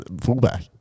fullback